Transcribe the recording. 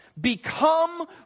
Become